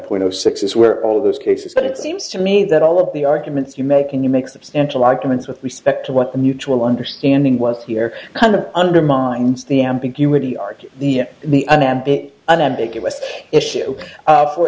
point zero six is where all those cases but it seems to me that all of the arguments you make and you make substantial arguments with respect to what the mutual understanding was here kind of undermines the ambiguity argue the the